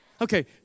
Okay